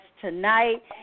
tonight